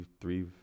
three